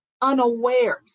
unawares